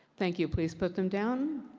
thank you. please put them down.